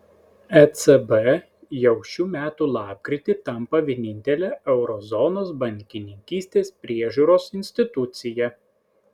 ecb jau šių metų lapkritį tampa vienintele euro zonos bankininkystės priežiūros institucija